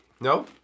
No